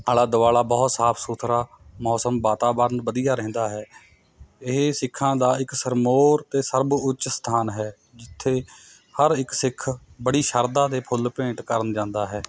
ਆਲ਼ਾ ਦੁਆਲਾ ਬਹੁਤ ਸਾਫ਼ ਸੁਥਰਾ ਮੌਸਮ ਵਾਤਾਵਰਨ ਵਧੀਆ ਰਹਿੰਦਾ ਹੈ ਇਹ ਸਿੱਖਾਂ ਦਾ ਇੱਕ ਸਿਰਮੌਰ ਅਤੇ ਸਰਬ ਉੱਚ ਸਥਾਨ ਹੈ ਜਿੱਥੇ ਹਰ ਇੱਕ ਸਿੱਖ ਬੜੀ ਸ਼ਰਧਾ ਦੇ ਫੁੱਲ ਭੇਂਟ ਕਰਨ ਜਾਂਦਾ ਹੈ